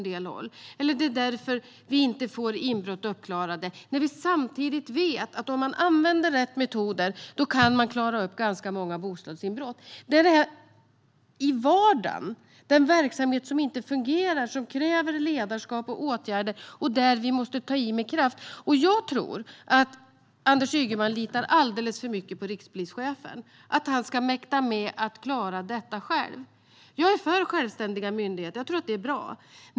Det är därför vi inte får inbrott uppklarade. Samtidigt vet vi att man kan klara upp ganska många bostadsinbrott om man använder rätt metoder. Det handlar om den verksamhet som inte fungerar i vardagen. Den kräver ledarskap och åtgärder, och vi måste ta i med kraft. Jag tror att Anders Ygeman litar alldeles för mycket på rikspolischefen - att han ska mäkta med att klara detta själv. Jag är för självständiga myndigheter; jag tror att det är bra.